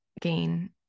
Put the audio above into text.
gain